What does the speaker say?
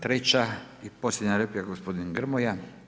Treća i posljednja replika gospodin Grmoja.